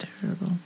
terrible